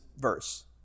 verse